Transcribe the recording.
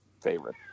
favorite